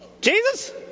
Jesus